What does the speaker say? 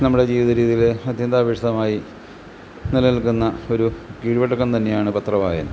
നമ്മുടെ ജീവിതരീതിയിൽ അത്യന്താപേക്ഷിതമായി നിലനിൽക്കുന്ന ഒരു കീഴ്വഴക്കം തന്നെയാണ് പത്രവായന